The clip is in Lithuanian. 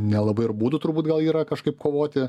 nelabai ir būdų turbūt gal yra kažkaip kovoti